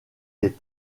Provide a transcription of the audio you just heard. des